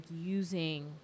using